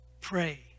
Pray